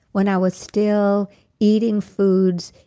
when i was still eating foods,